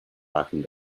darkened